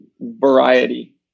variety